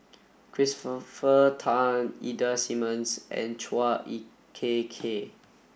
Christopher Tan Ida Simmons and Chua Ek Kay